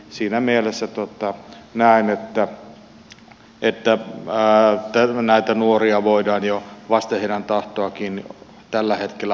siinä mielessä näen että näitä nuoria voidaan vasten heidän tahtoaankin jo tällä hetkellä hoitaa ja kuntouttaa